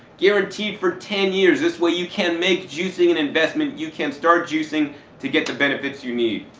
guaranteed for ten years, this way you can make juicing an investment, you can start juicing to get the benefits you need.